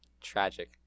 tragic